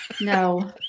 No